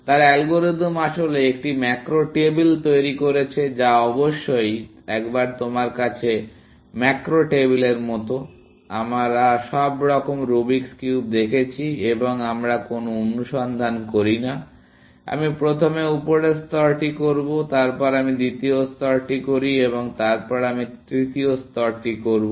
তার অ্যালগরিদম আসলে একটি ম্যাক্রো টেবিল তৈরি করেছে যা অবশ্যই একবার তোমার কাছে ম্যাক্রো টেবিলের মতো আমরা সব রকম রুবিক্স কিউব দেখেছি এবং আমরা কোনও অনুসন্ধান করি না আমি প্রথমে উপরের স্তরটি করব তারপর আমি দ্বিতীয় স্তরটি করি এবং তারপর আমি তৃতীয় স্তরটি করব